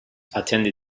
attended